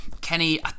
Kenny